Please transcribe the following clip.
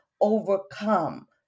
overcome